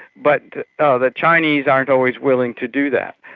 but the chinese aren't always willing to do that.